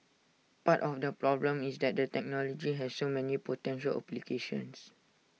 part of the problem is that the technology has so many potential applications